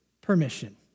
permission